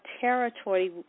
territory